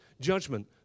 judgment